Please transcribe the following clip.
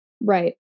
right